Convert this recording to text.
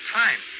time